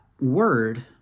word